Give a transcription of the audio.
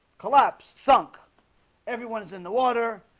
collapse sunk everyone's in the water.